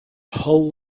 hull